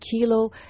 Kilo